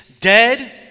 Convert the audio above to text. dead